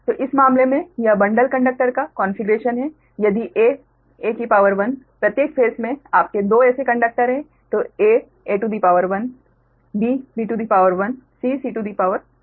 तो इस मामले में यह बंडल्ड कंडक्टर का कोन्फ़िगरेशन है लेकिन aa प्रत्येक फेस में आपके 2 ऐसे कंडक्टर हैं aa bb cc